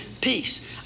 peace